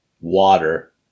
Water